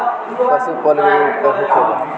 पशु प्लग रोग का होखेला?